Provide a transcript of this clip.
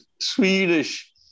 Swedish